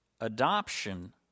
Adoption